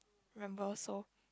member so